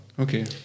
Okay